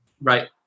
Right